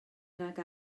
nag